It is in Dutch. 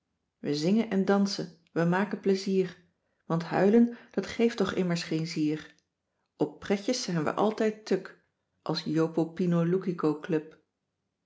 we zingen en dansen we maken plezier want huilen dat geeft toch immers geen zier op pretjes zijn we altijd tuk als jopopinoloukicoclub